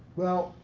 well,